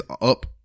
up